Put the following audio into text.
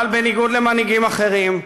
אבל בניגוד למנהיגים אחרים,